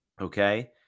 Okay